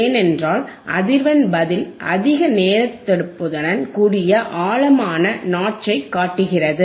ஏனென்றால் அதிர்வெண் பதில் அதிக தேர்ந்தெடுப்புடன் கூடிய ஆழமான நாட்ச்சை காட்டுகிறது